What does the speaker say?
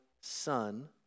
son